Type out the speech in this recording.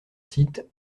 site